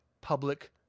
public